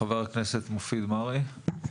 חה"כ מופיד מרעי.